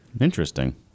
Interesting